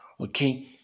Okay